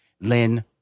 Lynn